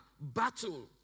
battle